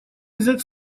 взять